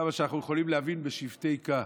כמה שאנחנו יכולים להבין בשבטי יה,